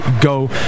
go